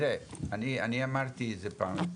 אני אמרתי את זה פעם,